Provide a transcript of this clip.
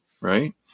right